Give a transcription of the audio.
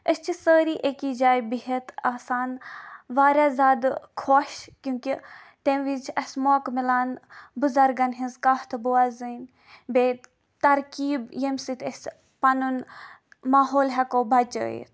أسۍ چھِ سٲری أکی جایہِ بِہَتھ آسان واریاہ زیادٕ خۄش کیوں کہِ تَمہِ وِزِ چھُ اَسہِ موقع مِلان بٕزرگن ہِنٛز کَتھ بوزٕنۍ بیٚیہِ ترکیٖب ییٚمہِ سۭتۍ أسۍ پَنُن ماحول ہیٚکو بَچٲیِتھ